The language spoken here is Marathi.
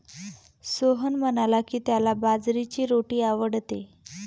सोहन म्हणाला की, त्याला बाजरीची रोटी आवडते